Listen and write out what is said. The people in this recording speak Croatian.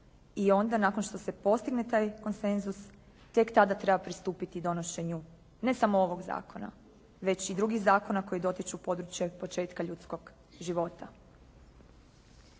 i onda nakon što se postigne taj konsenzus tek tada treba pristupiti donošenju ne samo ovog zakona već i drugih zakona koji dotiču područje početka ljudskog života.